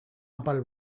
apal